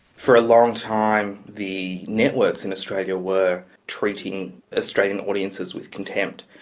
for a long time the networks in australia were treating australian audiences with contempt,